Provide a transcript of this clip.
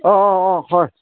অঁ অঁ অঁ হয়